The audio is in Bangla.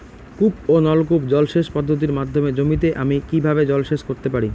কূপ ও নলকূপ জলসেচ পদ্ধতির মাধ্যমে জমিতে আমি কীভাবে জলসেচ করতে পারি?